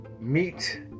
meet